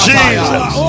Jesus